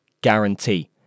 guarantee